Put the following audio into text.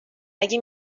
اگه